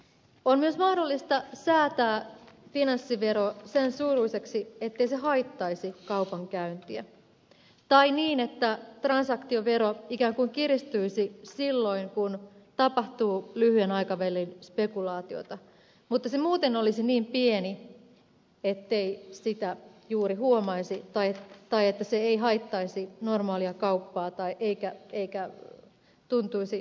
on myös mahdollista säätää finanssivero sen suuruiseksi ettei se haittaisi kaupankäyntiä tai niin että transaktiovero ikään kuin kiristyisi silloin kun tapahtuu lyhyen aikavälin spekulaatiota mutta se muuten olisi niin pieni ettei sitä juuri huomaisi tai että se ei haittaisi normaalia kauppaa eikä tuntuisi normaalin kuluttajan kukkarossa